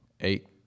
Eight